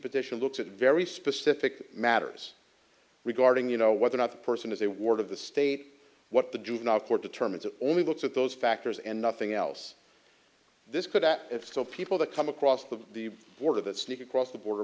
petition looks at very specific matters regarding you know whether or not the person is a ward of the state what the juvenile court determines that only looks at those factors and nothing else this could that if so people that come across the border that sneak across the border